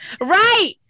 Right